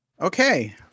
Okay